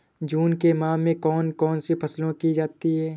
जून के माह में कौन कौन सी फसलें की जाती हैं?